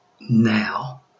now